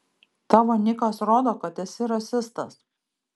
tavo nikas rodo kad esi rasistas